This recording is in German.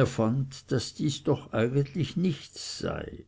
er fand daß dies doch eigentlich nichts sei